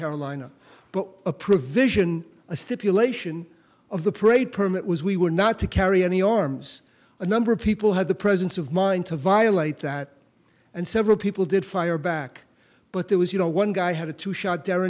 carolina but a provision a stipulation of the parade permit was we were not to carry any arms a number of people had the presence of mind to violate that and several people did fire back but there was you know one guy had a two shot d